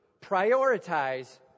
prioritize